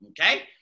okay